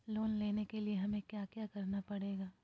Loan लेने के लिए हमें क्या क्या करना पड़ेगा?